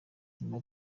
nyuma